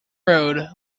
road